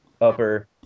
upper